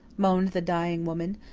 moaned the dying woman.